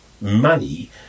money